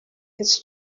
his